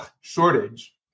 shortage